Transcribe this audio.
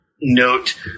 note